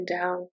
down